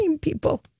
people